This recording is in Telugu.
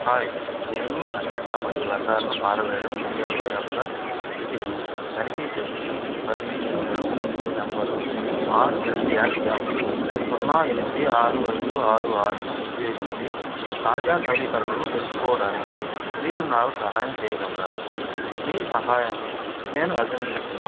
హాయ్ నేను నాచెత్త మరియు వ్యర్దాలను పారవేయడం సేవ యొక్క స్థితిని తనిఖీ చేస్తున్నాను సర్వీస్ రిఫరెన్స్ నంబరు ఆర్జెడ్ఎల్ఎఫ్ సున్నా ఎనిమిది ఆరు ఐదు ఆరు ఆరుని ఉపయోగించి తాజా నవీకరణలను తెలుసుకోడానికి మీరు నాకు సహాయం చేయగలరా మీ సహాయాన్ని నేను అభినందిస్తున్నాను